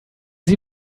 sie